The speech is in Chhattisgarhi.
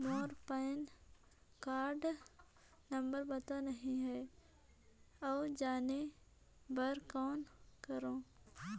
मोर पैन कारड नंबर पता नहीं है, ओला जाने बर कौन करो?